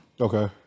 Okay